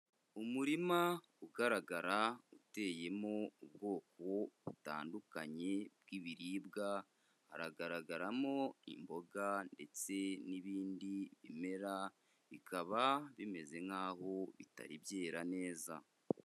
Umurima ugaragara uteyemo ubwoko butandukanye bw'ibiribwa, haragaragaramo imboga ndetse n'ibindi bimera, bikaba bimeze nk'aho bitari byera neza.